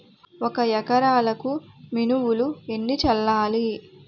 ఒక ఎకరాలకు మినువులు ఎన్ని చల్లాలి?